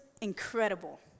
incredible